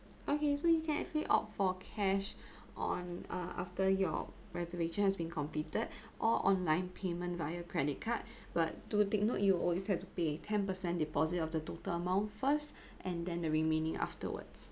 okay so you can actually opt for cash on uh after your reservation has been completed or online payment via credit card but do take note you always had to pay a ten percent deposit of the total amount first and then the remaining afterwards